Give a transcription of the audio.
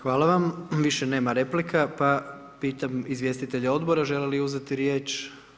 Hvala vam više nema replika, pa pitam izvjestitelje odbora, želi li uzeti riječ?